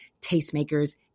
tastemakers